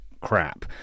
crap